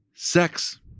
Sex